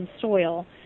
soil